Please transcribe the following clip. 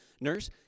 nurse